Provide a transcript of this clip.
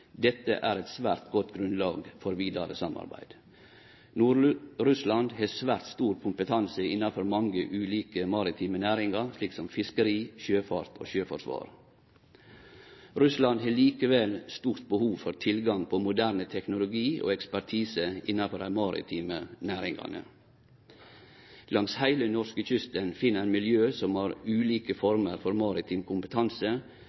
Dette er eit svært godt grunnlag for vidare samarbeid. Nord-Russland har svært stor kompetanse innanfor mange ulike maritime næringar, slik som fiskeri, sjøfart og sjøforsvar. Russland har likevel stort behov for tilgang på moderne teknologi og ekspertise innanfor dei maritime næringane. Langs heile Norskekysten finn ein miljø som har ulike former for maritim kompetanse,